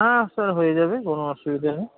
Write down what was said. হ্যাঁ স্যার হয়ে যাবে কোনো অসুবিধা নেই